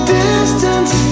distance